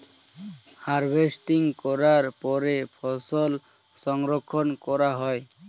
harvesting করার পরে ফসল সংরক্ষণ করা হয়